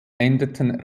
endeten